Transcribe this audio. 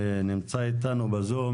נמצא אתנו בזום,